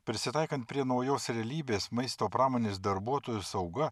prisitaikant prie naujos realybės maisto pramonės darbuotojų sauga